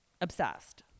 obsessed